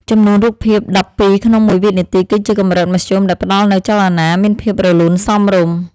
ចំនួនរូបភាពដប់ពីរក្នុងមួយវិនាទីគឺជាកម្រិតមធ្យមដែលផ្តល់នូវចលនាមានភាពរលូនសមរម្យ។